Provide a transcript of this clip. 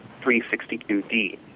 362D